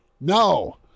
No